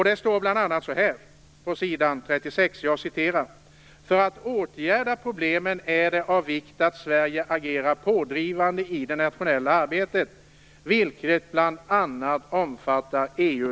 Det står bl.a. så här på s. 36: För att åtgärda problemen är det av vikt att Sverige agerar pådrivande i det nationella arbetet, vilket bl.a.